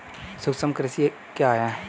सूक्ष्म कृषि क्या है?